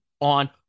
on